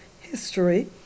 history